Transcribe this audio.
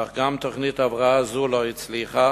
אך גם תוכנית הבראה זו לא הצליחה,